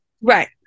right